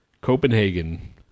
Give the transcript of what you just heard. Copenhagen